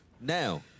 Now